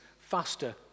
faster